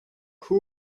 who